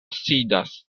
sidas